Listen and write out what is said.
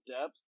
depth